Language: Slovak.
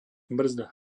brzda